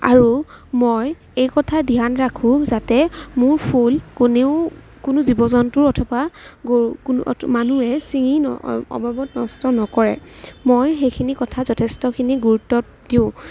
আৰু মই এই কথা ধ্যান ৰাখোঁ যাতে মোৰ ফুল কোনেও কোনো জীৱ জন্তু অথবা গ কোনো মানুহে চিঙি অবাবত নষ্ট নকৰে মই সেইখিনি কথাত যথেষ্টখিনি গুৰুত্ব দিওঁ